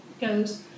goes